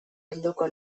helduko